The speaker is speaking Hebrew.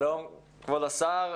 שלום, כבוד השר.